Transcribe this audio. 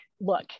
look